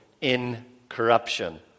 incorruption